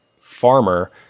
farmer